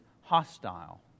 hostile